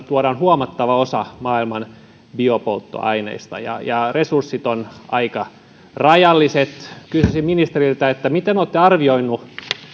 tuodaan huomattava osa maailman biopolttoaineista ja ja resurssit ovat aika rajalliset kysyisin ministeriltä miten olette arvioinut